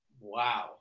Wow